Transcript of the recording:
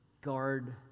guard